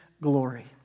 glory